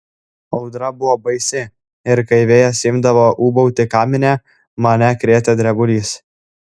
audra buvo baisi ir kai vėjas imdavo ūbauti kamine mane krėtė drebulys